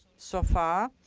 so far.